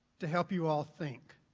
to help you all think.